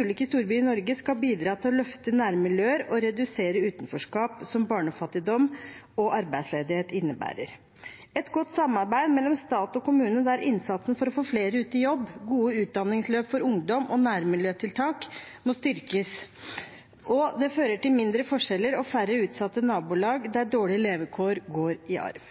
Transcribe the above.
ulike storbyer i Norge skal bidra til å løfte nærmiljøer og redusere utenforskap, som barnefattigdom og arbeidsledighet innebærer. Et godt samarbeid mellom stat og kommune der innsatsen for å få flere ut i jobb og gode utdanningsforløp for ungdom og nærmiljøtiltak styrkes, fører til mindre forskjeller og færre utsatte nabolag der dårlige levekår går i arv.